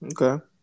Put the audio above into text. okay